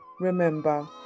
remember